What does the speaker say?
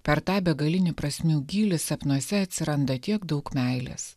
per tą begalinį prasmių gylį sapnuose atsiranda tiek daug meilės